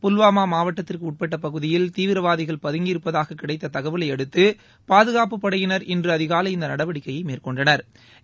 புல்வாமா மாவட்டத்திற்கு உட்பட்ட பகுதியில் தீவிரவாதிகள் பதங்கி இருப்பதாக கிடைத்த தகவலை அடுத்து பாதுகாப்புப் படையினா் இன்று அதிகாலை இந்த நடவடிக்கையை மேற்கொண்டனா்